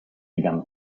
began